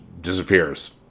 disappears